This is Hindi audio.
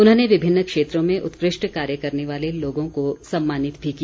उन्होंने विभिन्न क्षेत्रों में उत्कृष्ट कार्य करने वाले लोगों को सम्मानित भी किया